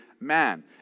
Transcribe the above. Man